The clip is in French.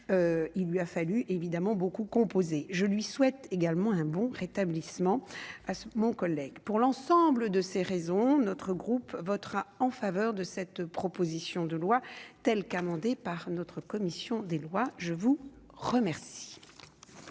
il lui a fallu évidemment beaucoup composé, je lui souhaite également un bon rétablissement à mon collègue pour l'ensemble de ces raisons, notre groupe votera en faveur de cette proposition de loi telle qu'amendée par notre commission des lois, je vous remercie.